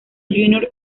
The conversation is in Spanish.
junior